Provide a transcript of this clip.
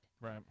Right